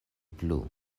plu